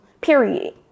period